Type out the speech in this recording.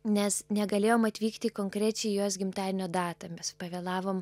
nes negalėjom atvykti konkrečiai į jos gimtadienio datą mes pavėlavom